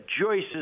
Joyce's